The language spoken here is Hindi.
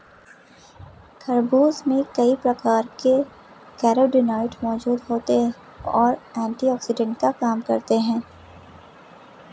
खरबूज में कई प्रकार के कैरोटीनॉयड मौजूद होते और एंटीऑक्सिडेंट का काम करते हैं